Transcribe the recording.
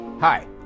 Hi